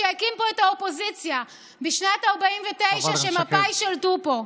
שהקים פה את האופוזיציה בשנת 1949 כשמפא"י שלטו פה.